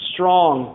Strong